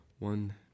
One